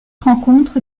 rencontre